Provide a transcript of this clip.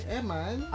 Eman